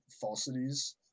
falsities